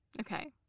Okay